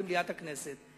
במליאת הכנסת,